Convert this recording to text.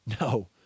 No